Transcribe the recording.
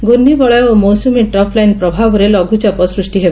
ଘର୍ଷ୍ଡିବଳୟ ଓ ମୌସ୍ମୀ ଟ୍ରପ୍ଲାଇନ୍ ପ୍ରଭାବରେ ଲଘ୍ଚାପ ସୃଷ୍ି ହେବ